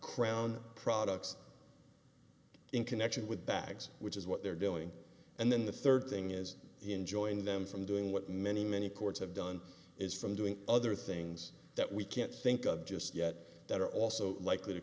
crown products in connection with bags which is what they're doing and then the third thing is enjoying them from doing what many many courts have done is from doing other things that we can't think of just yet that are also likely to